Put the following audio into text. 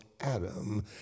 Adam